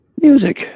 music